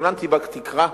התבוננתי בתקרה,